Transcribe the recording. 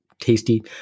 tasty